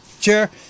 Chair